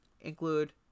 include